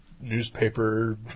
newspaper